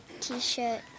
t-shirt